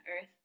earth